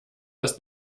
ist